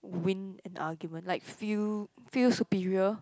win an argument like feel feel superior